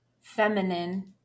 feminine